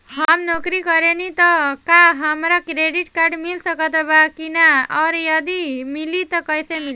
हम नौकरी करेनी त का हमरा क्रेडिट कार्ड मिल सकत बा की न और यदि मिली त कैसे मिली?